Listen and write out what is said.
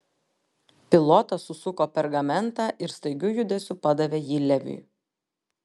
pilotas susuko pergamentą ir staigiu judesiu padavė jį leviui